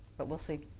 but we'll see.